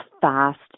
fast